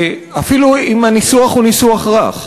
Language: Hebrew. אפילו אם הניסוח רך.